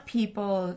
people